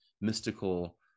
mystical